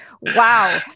Wow